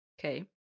Okay